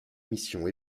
mission